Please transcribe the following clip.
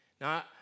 Now